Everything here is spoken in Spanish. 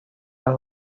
las